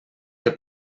que